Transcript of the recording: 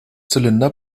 zylinder